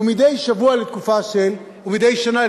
ומדי שנה,